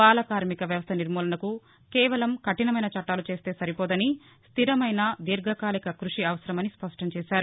బాలకార్మిక వ్యవస్థ నిర్మూలనకు కేవలం కఠినమైన చట్టాలు తెస్తే సరిపోదని స్దిరమైన దీర్ఘకాలిక కృషి అవసరమని స్పష్టం చేశారు